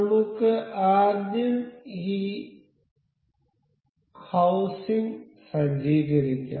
നമുക്ക് ആദ്യം ഈ ഹൌസിങ് സജ്ജീകരിക്കാം